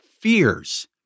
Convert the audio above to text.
fears